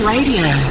Radio